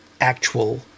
actual